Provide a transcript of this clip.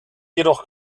jedoch